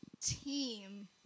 team